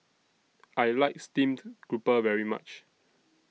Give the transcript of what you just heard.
I like Steamed Grouper very much